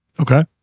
Okay